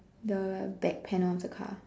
the back panel of the car